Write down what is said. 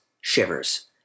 shivers